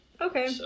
Okay